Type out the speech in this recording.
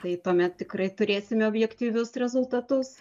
tai tuomet tikrai turėsime objektyvius rezultatus